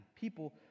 People